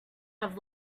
have